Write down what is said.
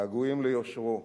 הגעגועים ליושרו,